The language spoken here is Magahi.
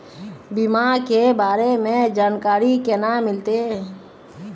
बीमा के बारे में जानकारी केना मिलते?